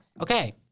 Okay